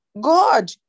God